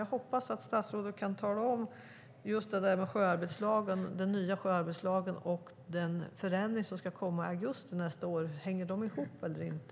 Jag hoppas att statsrådet kan ta upp den nya sjöarbetslagen och den förändring som ska komma i augusti nästa år. Hänger de ihop eller inte?